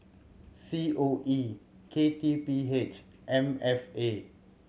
C O E K T P H and M F A